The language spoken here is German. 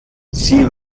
sie